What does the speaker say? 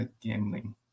gambling